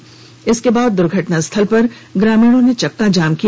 घटना के बाद दूर्घटना स्थल पर ग्रामीणों ने चक्का जाम किया